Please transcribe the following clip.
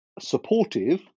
supportive